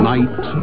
Night